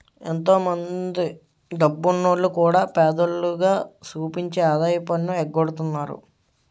ఎంతో మందో డబ్బున్నోల్లు కూడా పేదోల్లుగా సూపించి ఆదాయపు పన్ను ఎగ్గొడతన్నారు